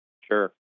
Sure